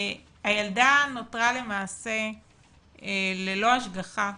הילדה נותרה למעשה ללא השגחה,